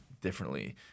differently